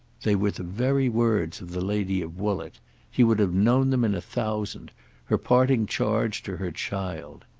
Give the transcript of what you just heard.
they were the very words of the lady of woollett he would have known them in a thousand her parting charge to her child.